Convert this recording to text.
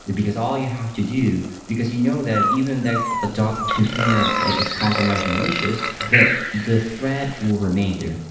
because all you have to do, because you know that even that a docker container is compromised malicious, the the threat will remain there.